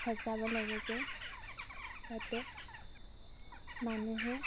সজাব লাগে যে যাতে মানুহে